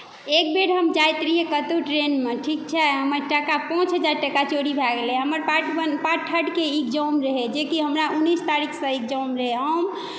एक बेर हम जाइत रहियै कतहुँ ट्रेनमे ठीक छै हमर टका पाँच हजार टका चोरी भय गेलै हमर पार्ट थर्ड के एग्जाम रहै जेकि हमरा उन्नीस तारीखसे एग्जाम रहै हम